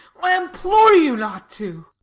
i implore you not to!